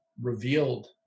revealed